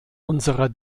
unserer